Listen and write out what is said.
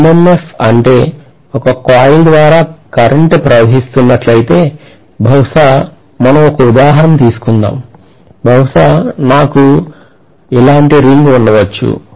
MMF అంటే ఒక coil ద్వారా కరెంట్ ప్రవహిస్తున్నట్లయితే బహుశా మనం ఒక ఉదాహరణ తీసుకుందాం బహుశా నాకు ఇలాంటి రింగ్ ఉండవచ్చు